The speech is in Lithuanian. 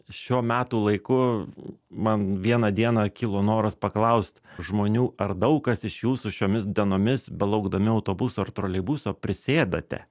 šiuo metų laiku man vieną dieną kilo noras paklaust žmonių ar daug kas iš jūsų šiomis dienomis belaukdami autobuso ar troleibuso prisėdate